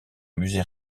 musée